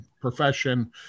profession